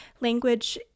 language